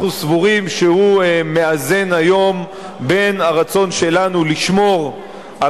אנחנו סבורים שהוא מאזן היום בין הרצון שלנו לשמור על